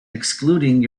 excluding